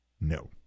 No